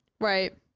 Right